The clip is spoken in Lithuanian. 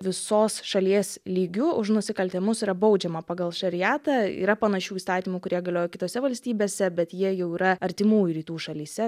visos šalies lygiu už nusikaltimus yra baudžiama pagal šariatą yra panašių įstatymų kurie galioja kitose valstybėse bet jie jau yra artimųjų rytų šalyse tai